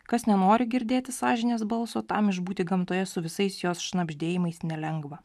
kas nenori girdėti sąžinės balso tam išbūti gamtoje su visais jos šnabždėjimais nelengva